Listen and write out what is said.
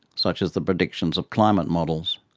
such as the predictions of climate models.